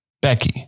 Becky